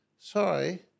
Sorry